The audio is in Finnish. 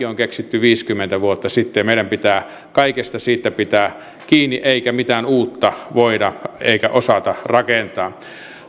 on keksitty viisikymmentä vuotta sitten ja meidän pitää kaikesta siitä pitää kiinni eikä mitään uutta voida eikä osata rakentaa